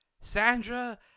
Sandra